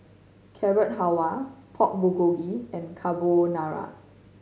Carrot Halwa Pork Bulgogi and Carbonara